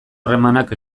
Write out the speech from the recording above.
harremanak